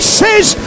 says